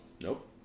Nope